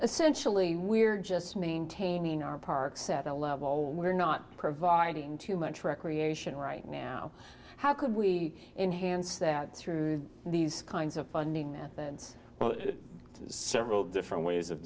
essentially we're just maintaining our parks at a level we're not providing too much recreation right now how could we enhance that through these kinds of funding that bends several